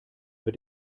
wird